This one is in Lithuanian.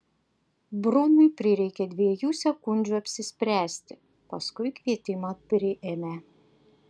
brunui prireikė dviejų sekundžių apsispręsti paskui kvietimą priėmė